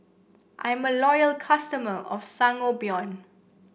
I'm a loyal customer of Sangobion